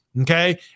Okay